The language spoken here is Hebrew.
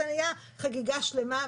וזה היה חגיגה שלמה.